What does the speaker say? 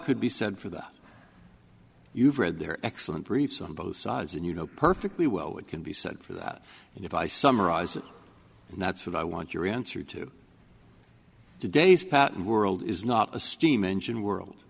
could be said for that you've read their excellent briefs on both sides and you know perfectly well what can be said for that and if i summarize it and that's what i want your answer to today's patent world is not a steam engine world